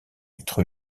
lettre